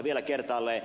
vielä kertaalleen